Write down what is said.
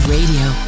Radio